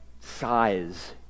size